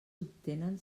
obtenen